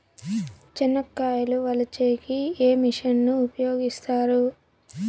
చెనక్కాయలు వలచే కి ఏ మిషన్ ను ఉపయోగిస్తారు?